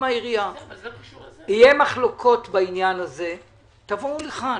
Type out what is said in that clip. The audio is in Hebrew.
יהיו מחלוקות בעניין הזה - תבואו לכאן.